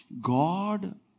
God